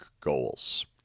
goals